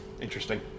interesting